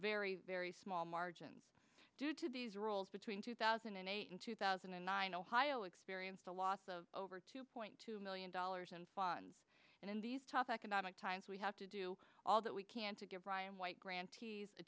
very very small margins due to these rules between two thousand and eight and two thousand and nine ohio experienced a loss of over two point two million dollars in funds and in these tough economic times we have to do all that we can to give ryan white grantees a